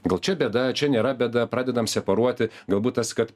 gal čia bėda čia nėra bėda pradedam separuoti galbūt tas kad